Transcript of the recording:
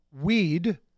weed